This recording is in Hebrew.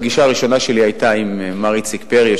הפגישה הראשונה שלי היתה עם מר איציק פרי,